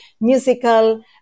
musical